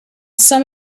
some